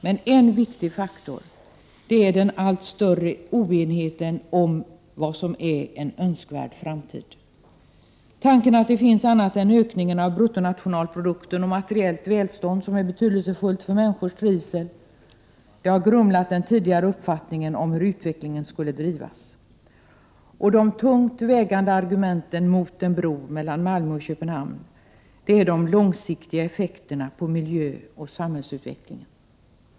Men en viktig faktor är den allt större oenigheten om vad som är en önskvärd framtid. Tanken att det finns annat än ökningen av bruttonationalprodukten och materiellt välstånd som är betydelsefullt för människors trivsel har grumlat den tidigare uppfattningen om hur utvecklingen borde drivas. De tungt vägande argumenten mot en bro mellan Malmö och Köpenhamn är de långsiktiga effekterna på miljö och samhällsutveckling.